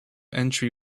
entry